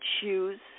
choose